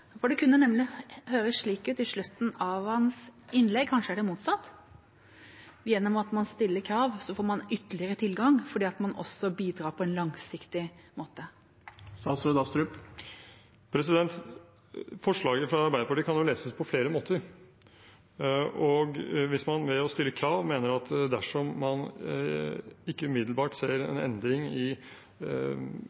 myndighetene? Det kunne nemlig høres slik ut på slutten av hans innlegg. Kanskje er det motsatt, at man gjennom at man stiller krav, får ytterligere tilgang, fordi man også bidrar på en langsiktig måte? Forslaget fra Arbeiderpartiet kan leses på flere måter, og hvis man med å stille krav mener at dersom man ikke umiddelbart ser